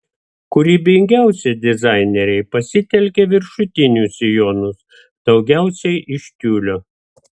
kūrybingiausi dizaineriai pasitelkė viršutinius sijonus daugiausiai iš tiulio